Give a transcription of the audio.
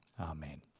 Amen